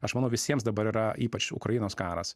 aš manau visiems dabar yra ypač ukrainos karas